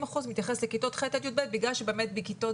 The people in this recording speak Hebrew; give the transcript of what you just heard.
70% מתייחס לכיתות ח' עד י"ב בגלל שבאמת בכיתות